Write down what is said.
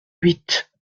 huit